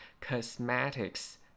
Cosmetics